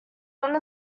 one